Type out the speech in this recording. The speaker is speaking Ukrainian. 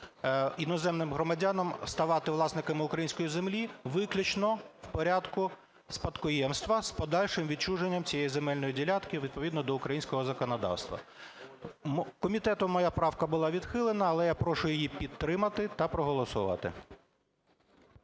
іноземним громадянам ставати власниками української землі виключно в порядку спадкоємства з подальшим відчуженням цієї земельної ділянки відповідно до українського законодавства. Комітетом моя правка була відхилена, але я прошу її підтримати та проголосувати.